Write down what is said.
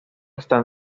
están